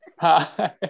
Hi